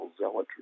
zealotry